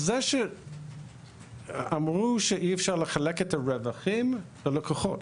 זה שאמרו שאי אפשר לחלק את הרווחים ללקוחות,